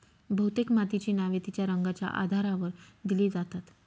बहुतेक मातीची नावे तिच्या रंगाच्या आधारावर दिली जातात